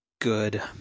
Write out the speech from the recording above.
good